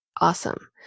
Awesome